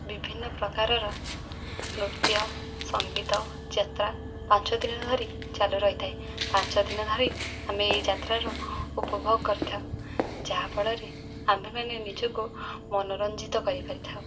ବିଭିନ୍ନ ପ୍ରକାରର ନୃତ୍ୟ ସଙ୍ଗୀତ ଯାତ୍ରା ପାଞ୍ଚଦିନ ଧରି ଚାଲୁ ରହିଥାଏ ପାଞ୍ଚଦିନ ଧରି ଆମେ ଏଇ ଯାତ୍ରାର ଉପଭୋଗ କରିଥାଉ ଯାହାଫଳରେ ଆମ୍ଭେମାନେ ନିଜକୁ ମନୋରଞ୍ଜିତ କରିପାରିଥାଉ